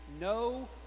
no